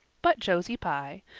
but josie pye,